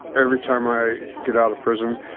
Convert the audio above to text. every time i get out of prison,